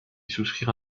souscrire